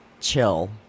chill